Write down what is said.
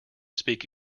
speak